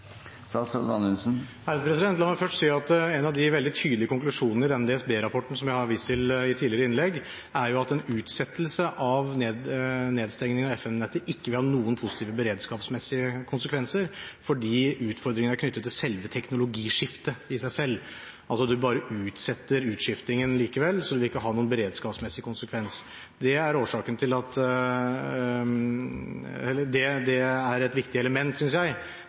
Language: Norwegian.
La meg først si at en av de veldig tydelige konklusjonene i den DSB-rapporten som jeg har vist til i tidligere innlegg, er at en utsettelse av nedstengning av FM-nettet ikke vil ha noen positive beredskapsmessige konsekvenser, fordi utfordringene er knyttet til teknologiskiftet i seg selv. Man altså bare utsetter utskiftingen likevel, selv om det ikke har noen beredskapsmessig konsekvens. Det er et viktig element, synes jeg, i et sånt bilde. Når det gjelder dekningsgrad, må jeg forholde meg til det